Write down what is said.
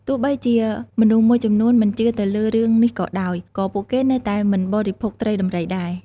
ទោះបីជាមនុស្សមួយចំនួនមិនជឿទៅលើរឿងនេះក៏ដោយ ក៏ពួកគេនៅតែមិនបរិភោគត្រីដំរីដែរ។